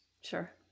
Sure